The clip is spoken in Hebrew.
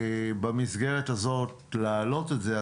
במסגרת הזאת להעלות את זה.